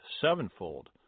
sevenfold